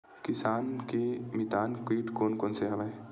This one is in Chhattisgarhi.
किसान के मितान कीट कोन कोन से हवय?